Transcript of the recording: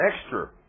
extra